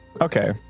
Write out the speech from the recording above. Okay